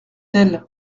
elles